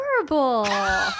adorable